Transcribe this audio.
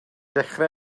dechrau